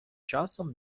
часом